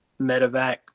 medevac